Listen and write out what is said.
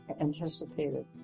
anticipated